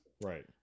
Right